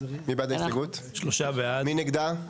מי נגדה?